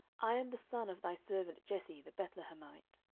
i am the son of thy servant jesse the bethlehemite.